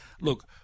Look